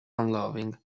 unloving